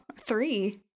Three